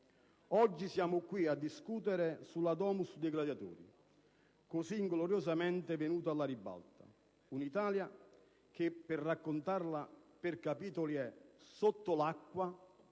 Oggi siamo qui a discutere sulla *domus* dei gladiatori, così ingloriosamente venuta alla ribalta. Un'Italia che, per raccontarla per capitoli, è sotto l'acqua.